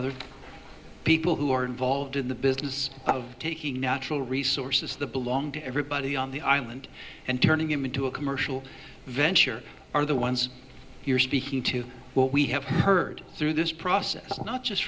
other people who are involved in the business of taking natural resources that belong to everybody on the island and turning it into a commercial venture are the ones you're speaking to what we have heard through this process not just